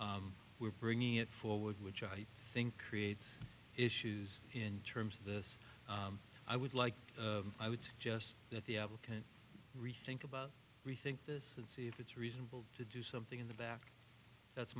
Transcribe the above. times we're bringing it forward which i think creates issues in terms of this i would like i would suggest that the applicant rethink about rethink this and see if it's reasonable to do something in the back that's